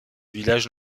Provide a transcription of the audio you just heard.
village